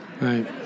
Right